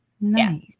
nice